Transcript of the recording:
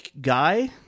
guy